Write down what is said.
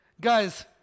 Guys